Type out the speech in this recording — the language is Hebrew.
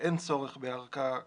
אין צורך בערכאה כזאת,